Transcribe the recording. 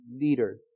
leader